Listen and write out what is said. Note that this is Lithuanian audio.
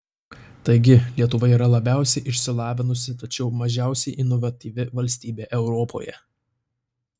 taigi lietuva yra labiausiai išsilavinusi tačiau mažiausiai inovatyvi valstybė europoje